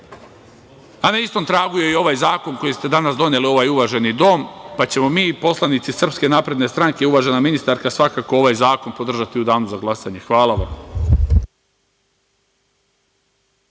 a na istom tragu je i ovaj zakon koji ste danas doneli u ovaj uvaženi dom, pa ćemo mi poslanici SNS, uvažena ministarka, svakako ovaj zakon podržati u danu za glasanje. Hvala vam.